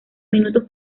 minutos